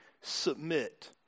submit